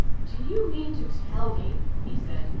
do you mean to tell me, he said,